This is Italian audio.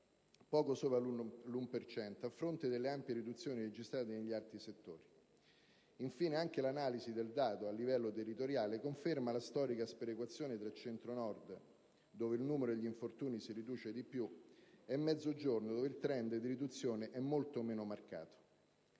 poco sopra l'1 per cento, a fronte delle ampie riduzioni registrate negli altri settori. Infine, anche l'analisi del dato a livello territoriale conferma la storica sperequazione tra Centro-Nord, dove il numero di infortuni si riduce di più, e Mezzogiorno, dove il *trend* di riduzione è molto meno marcato.